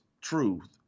truth